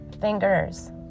fingers